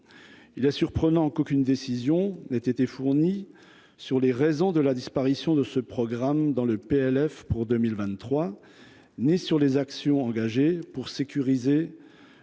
il est surprenant qu'aucune décision n'a été fournie sur les raisons de la disparition de ce programme dans le PLF pour 2023 née sur les actions engagées pour sécuriser